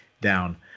down